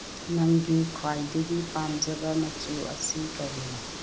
ꯅꯪꯒꯤ ꯈ꯭ꯋꯥꯏꯗꯒꯤ ꯄꯥꯝꯖꯕ ꯃꯆꯨ ꯑꯁꯤ ꯀꯔꯤꯅꯣ